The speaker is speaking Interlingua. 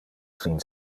sin